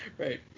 Right